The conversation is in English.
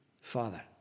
Father